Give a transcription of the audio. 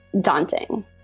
daunting